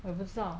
我也不知道